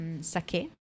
sake